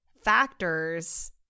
factors